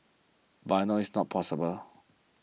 but I know it's not possible